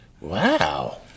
wow